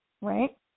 right